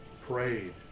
prayed